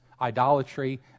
idolatry